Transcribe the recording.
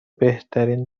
بهترین